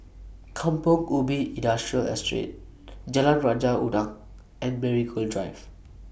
Kampong Ubi Industrial Estate Jalan Raja Udang and Marigold Drive